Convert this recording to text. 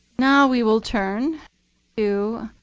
now we will turn to